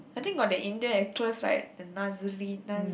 I think got the India actress right the Nazari Nazari